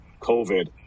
COVID